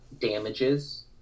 Damages